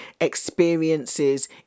experiences